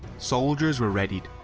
soldiers were readied,